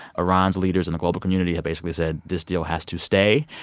iran's leaders and the global community have basically said, this deal has to stay.